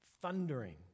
thundering